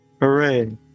Hooray